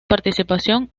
participación